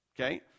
Okay